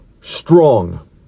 strong